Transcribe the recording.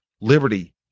liberty